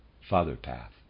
father-path